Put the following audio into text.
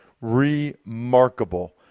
Remarkable